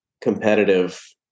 competitive